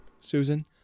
Susan